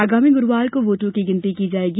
आगामी ग्रूवार को वोटों की गिनती की जायेगी